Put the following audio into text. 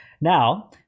now